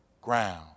ground